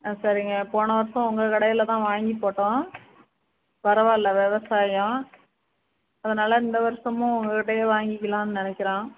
ஆ சரிங்க போன வருடம் உங்கள் கடையில் தான் வாங்கி போட்டோம் பரவாயில்ல விவசாயம் அதனால் இந்த வருடமும் உங்கள்கிட்டையே வாங்கிக்கலாம்னு நினைக்கிறோம்